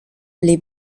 les